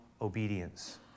obedience